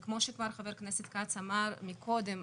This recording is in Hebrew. וכמו שכבר ח"כ כץ אמר מקודם,